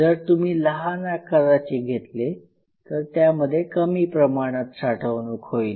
जर तुम्ही लहान आकाराचे घेतले तर त्यामध्ये कमी प्रमाणात साठवणूक होईल